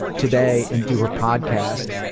today and do her podcast,